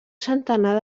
centenar